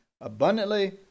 abundantly